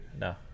No